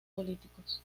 políticos